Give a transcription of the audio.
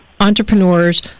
entrepreneurs